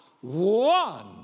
one